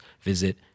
visit